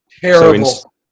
Terrible